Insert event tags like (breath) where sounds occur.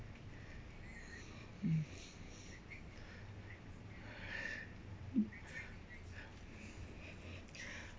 mm (breath)